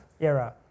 era